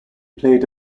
played